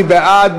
מי בעד?